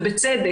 ובצדק,